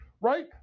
right